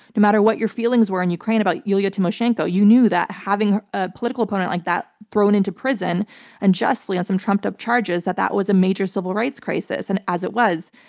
no matter what your feelings were in ukraine about yulia tymoshenko, you knew that having a political opponent like that thrown into prison unjustly on some trumped up charges, that that was a major civil rights crisis. and as it was,